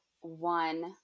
one